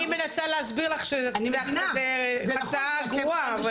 אני מנסה להסביר לך שזו הצעה גרועה.